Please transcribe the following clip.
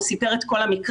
הוא סיפר את כל המקרה.